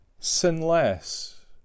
Sinless